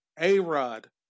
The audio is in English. A-Rod